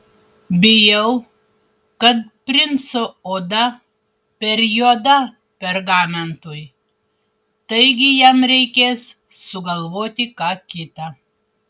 bijau kad princo oda per juoda pergamentui taigi jam reikės sugalvoti ką kita